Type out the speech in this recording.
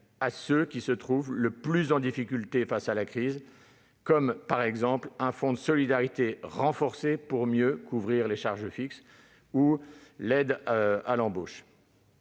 à ceux qui se trouvent le plus en difficulté face à la crise, par exemple un fonds de solidarité renforcé visant à mieux couvrir les charges fixes ou l'aide à l'embauche.